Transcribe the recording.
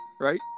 Right